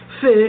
fish